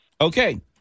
Okay